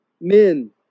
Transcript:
Men